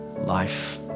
life